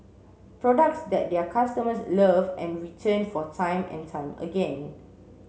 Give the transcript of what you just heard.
products that their customers love and return for time and time again